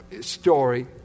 story